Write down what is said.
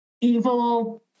evil